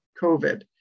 COVID